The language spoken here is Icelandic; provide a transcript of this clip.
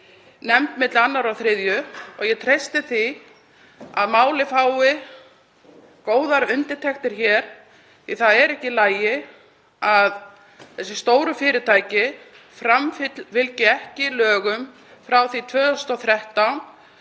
nefnd milli 2. og 3. umr. Ég treysti því að málið fái góðar undirtektir hér því að það er ekki í lagi að þessi stóru fyrirtæki framfylgi ekki lögum frá því 2013